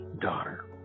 daughter